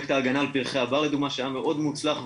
פרויקט ההגנה על פרחי הבר שהיה מאוד מוצלח,